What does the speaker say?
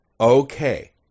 Okay